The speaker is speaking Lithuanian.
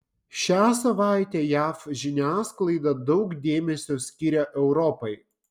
šią savaitę jav žiniasklaida daug dėmesio skiria europai